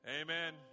Amen